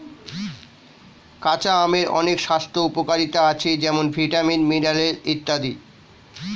কাঁচা আমের অনেক স্বাস্থ্য উপকারিতা আছে যেমন ভিটামিন, মিনারেল ইত্যাদি